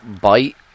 bite